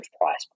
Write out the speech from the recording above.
price